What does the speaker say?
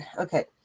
okay